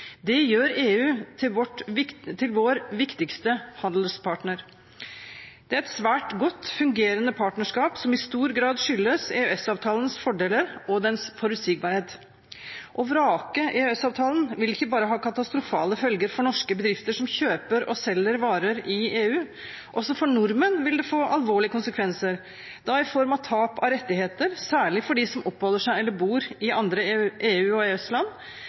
Det gjør EU til vår viktigste handelspartner. Det er et svært godt fungerende partnerskap, som i stor grad skyldes EØS-avtalens fordeler og dens forutsigbarhet. Å vrake EØS-avtalen vil ikke bare ha katastrofale følger for norske bedrifter som kjøper og selger varer i EU. Også for nordmenn vil det få alvorlige konsekvenser, da i form av tap av rettigheter, særlig for dem som oppholder seg i eller bor i andre EU-/EØS-land. Det gjelder arbeideres og